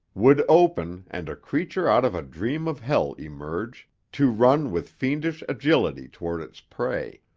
would open and a creature out of a dream of hell emerge, to run with fiendish agility toward its prey.